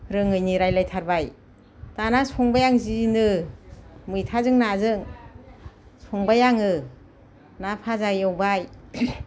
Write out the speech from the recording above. रोङैनि रायलायथारबाय दाना संबाय आं जिनो मैथाजों नाजों संबाय आङो ना फाजा एवबाय